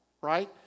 right